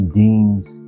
deems